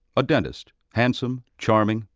a dentist, handsome, charming,